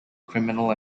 criminal